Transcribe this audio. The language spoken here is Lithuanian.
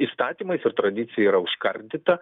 įstatymais ir tradicija yra užkardyta